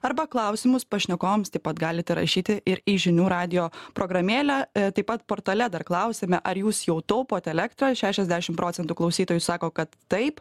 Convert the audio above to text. arba klausimus pašnekovams taip pat galite rašyti ir į žinių radijo programėlę taip pat portale dar klausiame ar jūs jau taupot elektrą šešiasdešim procentų klausytojų sako kad taip